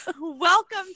Welcome